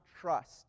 trust